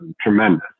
tremendous